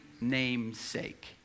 namesake